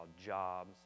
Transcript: jobs